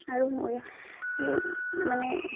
আৰু মই এই মানে